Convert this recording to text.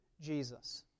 Jesus